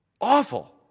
Awful